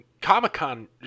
Comic-Con